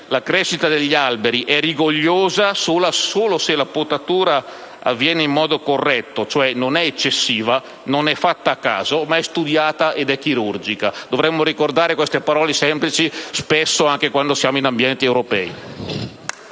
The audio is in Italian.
la crescita degli alberi è rigogliosa solo se la potatura avviene in modo corretto, se non è eccessiva, se non è fatta a caso, ma è studiata ed è chirurgica. Dovremmo ricordare queste parole semplici, spesso anche quando siamo in ambienti europei.